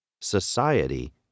Society